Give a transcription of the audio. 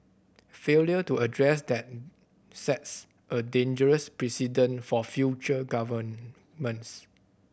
failure to address that sets a dangerous precedent for future governments